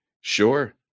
Sure